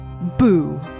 Boo